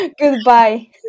goodbye